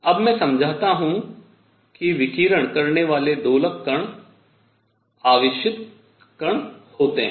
अब मैं समझाता हूँ कि विकिरण करने वाले दोलक आवेशित कण होते हैं